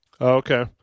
Okay